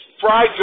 fried